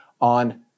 on